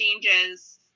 changes